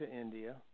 India